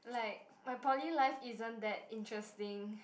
like my poly life isn't that interesting